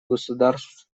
государств